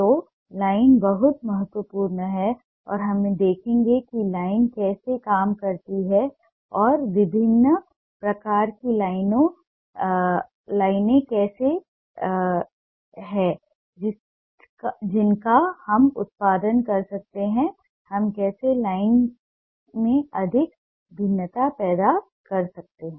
तो लाइन बहुत महत्वपूर्ण है और हम देखेंगे कि लाइन कैसे काम करती है और विभिन्न प्रकार की लाइनें कौन सी हैं जिनका हम उत्पादन कर सकते हैं हम कैसे लाइन में अधिक भिन्नता पैदा कर सकते हैं